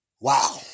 Wow